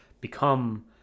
become